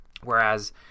Whereas